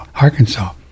Arkansas